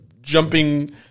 jumping